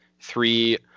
three